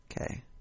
Okay